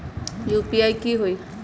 UPI की होई?